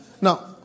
Now